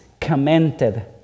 commented